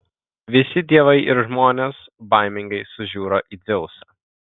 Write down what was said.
visi dievai ir žmonės baimingai sužiuro į dzeusą